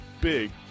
big